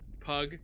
Pug